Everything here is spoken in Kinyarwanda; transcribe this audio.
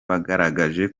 bagaragaje